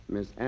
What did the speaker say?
Miss